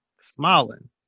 smiling